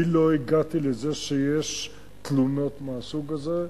אני לא הגעתי לזה שיש תלונות מהסוג הזה.